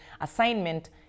assignment